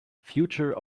future